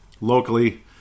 locally